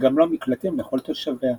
וגם לא מקלטים לכל תושביה.